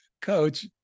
Coach